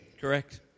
correct